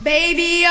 Baby